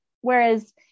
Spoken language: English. Whereas